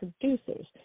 Producers